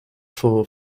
for